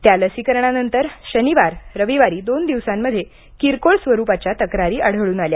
त्या लसीकरणानंतर शनिवार रविवारी दोन दिवसांमध्ये किरकोळ स्वरुपाच्या तक्रारी आढळून आल्या